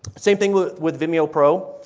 same thing with with vimeo pro,